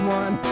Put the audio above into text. one